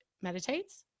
meditates